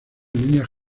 líneas